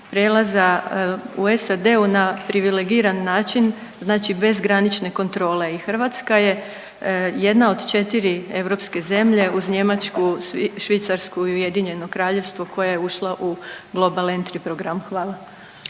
prijelaza u SAD-u na privilegiran način, znači bez granične kontrole i Hrvatska je jedna od 4 europske zemlje, uz Njemačku, Švicarsku i Ujedinjeno Kraljevstvo koja je ušla u Global N3 program, hvala.